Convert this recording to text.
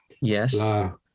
yes